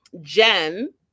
Jen